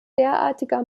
derartiger